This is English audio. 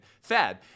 fed